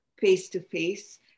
face-to-face